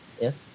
Yes